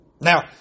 Now